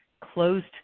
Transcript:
closed